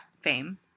fame